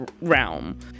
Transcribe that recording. realm